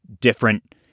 different